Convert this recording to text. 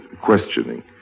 questioning